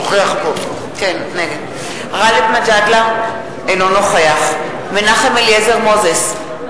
נגד גאלב מג'אדלה, אינו נוכח מנחם אליעזר מוזס,